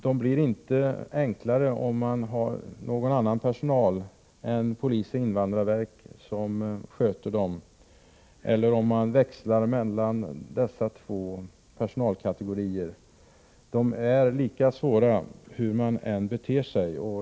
De blir inte enklare om någon annan personal än polisens och invandrarverkets handlägger dem eller om man växlar mellan dessa båda personalkategorier. Dessa frågor är svåra hur man än beter sig.